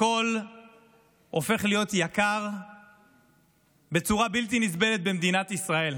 הכול הופך להיות יקר בצורה בלתי נסבלת במדינת ישראל.